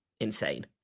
insane